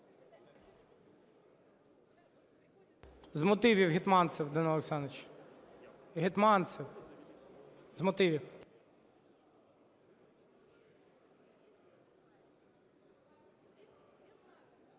З мотивів – Гетманцев Данило Олександрович. Гетманцев – з мотивів.